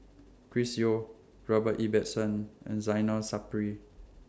Chris Yeo Robert Ibbetson and Zainal Sapari